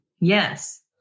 Yes